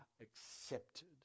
accepted